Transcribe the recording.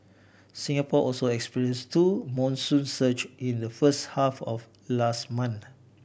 Singapore also experience two monsoon surge in the first half of last month